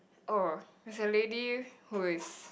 oh there's a lady who is